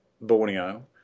Borneo